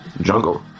Jungle